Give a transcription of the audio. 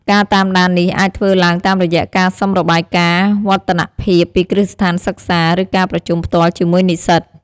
ការតាមដាននេះអាចធ្វើឡើងតាមរយៈការសុំរបាយការណ៍វឌ្ឍនភាពពីគ្រឹះស្ថានសិក្សា ឬការប្រជុំផ្ទាល់ជាមួយនិស្សិត។